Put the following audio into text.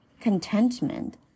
contentment